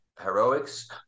heroics